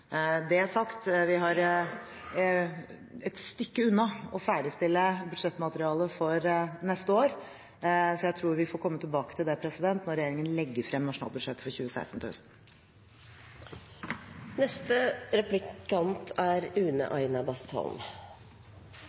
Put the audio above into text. det er sagt: Vi er et stykke unna å ferdigstille budsjettmaterialet for neste år, så jeg tror vi får komme tilbake til det når regjeringen legger frem nasjonalbudsjettet for 2016 til høsten. Det er